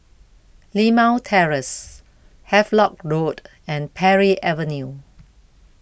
Limau Terrace Havelock Road and Parry Avenue